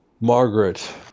Margaret